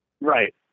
Right